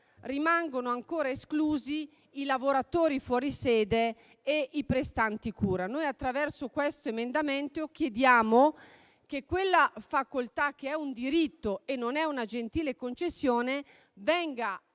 rimangono ancora esclusi i lavoratori fuori sede e i prestanti cura. Noi attraverso questo emendamento chiediamo che quella facoltà, che è un diritto e non una gentile concessione, venga riconosciuta